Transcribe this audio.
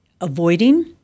avoiding